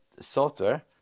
software